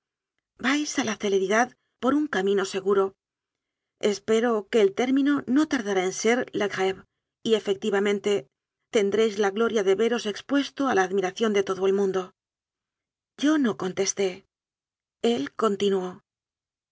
vais a la celebridad por un camino seguro espe ro que el término no tardará en ser la gréve y efectivamente tendréis la gloria de veros expues to a la admiración de todo el mundo yo no contesté el continuó